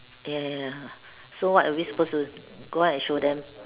ya ya ya so what are we supposed to go out and show them